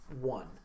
one